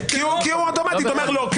כי הוא אוטומטית אומר לא,